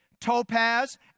topaz